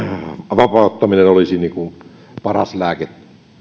vapauttaminen olisi tähän paras lääke